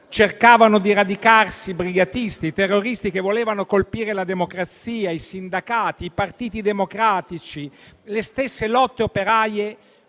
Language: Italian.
cercavano di radicarsi brigatisti, terroristi che volevano colpire la democrazia, i sindacati, i partiti democratici e le stesse lotte operaie,